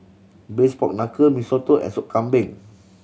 Braised Pork Knuckle Mee Soto and Sup Kambing